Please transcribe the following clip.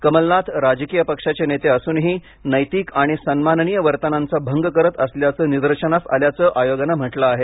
कमलनाथ राजकीय पक्षाचे नेते असूनही नैतिक आणि सन्माननीय वर्तनांचा भंग करत असल्याच निदर्शनास आल्याच आयोगानं म्हटल आहे